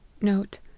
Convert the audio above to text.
note